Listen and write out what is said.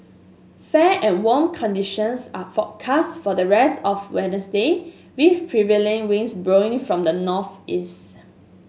fair and warm conditions are forecast for the rest of Wednesday with prevailing winds blowing from the northeast